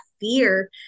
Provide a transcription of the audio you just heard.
fear